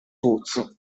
pozzo